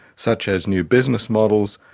such as new business models,